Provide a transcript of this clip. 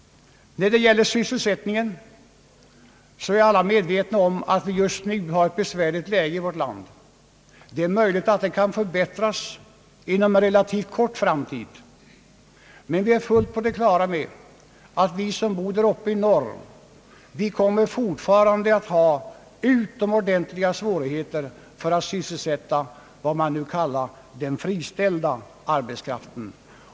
När det gäller sysselsättningen är alla medvetna om att läget just nu är besvärligt i vårt land. Det är möjligt att det kan förbättras inom en relativt snar framtid, men vi som bor däruppe är fullt på det klara med att vi fortfarande kommer att ha utomordentliga svårigheter för att sysselsätta vad man nu kallar den friställda arbetskraften.